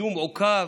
הקידום עוכב,